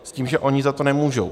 S tím, že oni za to nemůžou.